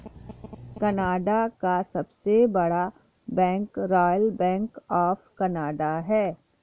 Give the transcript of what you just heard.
Canada का सबसे बड़ा bank royal bank of Canada है